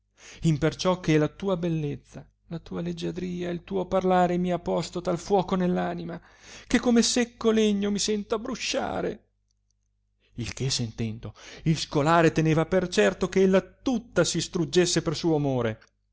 imperciò che la tua bellezza la tua leggiadria e il tuo parlare mi ha posto tal fuoco nell anima che come secco legno mi sento abbrusciare il che sentendo il scolare teneva per certo che ella tutta si struggesse per suo amore